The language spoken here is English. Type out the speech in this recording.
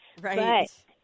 Right